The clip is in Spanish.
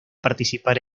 participar